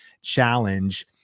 challenge